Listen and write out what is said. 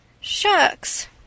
Shucks